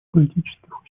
политических